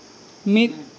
ᱢᱤᱫ